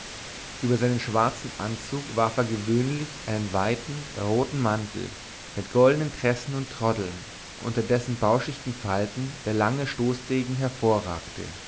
über seinen schwarzen anzug warf er gewöhnlich einen weiten roten mantel mit goldnen tressen und troddeln unter dessen bauschichten falten der lange stoßdegen hervorragte